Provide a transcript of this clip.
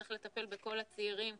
צריך לטפל בכל הצעירים,